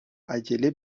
عجله